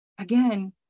again